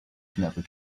knappe